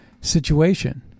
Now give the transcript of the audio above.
situation